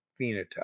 phenotype